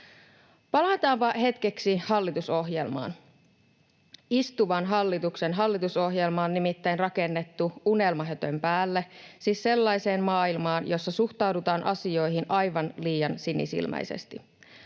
Palataanpa hetkeksi hallitusohjelmaan. Istuvan hallituksen hallitusohjelma on nimittäin rakennettu unelmahötön päälle, siis sellaiseen maailmaan, jossa suhtaudutaan asioihin aivan liian sinisilmäisesti.